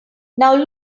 now